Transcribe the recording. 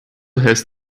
has